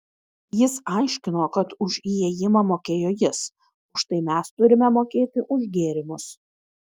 jis aiškino kad už įėjimą mokėjo jis už tai mes turime mokėti už gėrimus